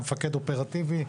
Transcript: מפקד אופרטיבי.